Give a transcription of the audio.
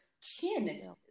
chin